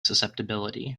susceptibility